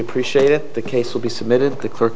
appreciate it the case will be submitted to